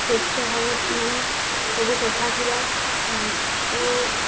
ସ୍ୱଚ୍ଛ ଭାରତ ମାନେ ସବୁ ସଫା ଥିବା ଓ